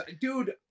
dude